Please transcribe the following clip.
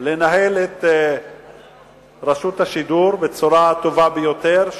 לנהל את רשות השידור בצורה הטובה ביותר,